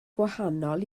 gwahanol